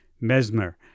Mesmer